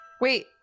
Wait